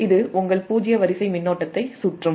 இது உங்கள் பூஜ்ஜிய வரிசை மின்னோட்டத்தை சுற்றும்